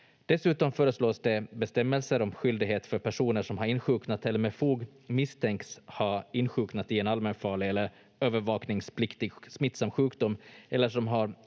Dessutom föreslås det bestämmelser om skyldighet för personer som har insjuknat eller med fog misstänks ha insjuknat i en allmänfarlig eller övervakningspliktig smittsam sjukdom eller som har